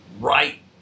right